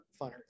funner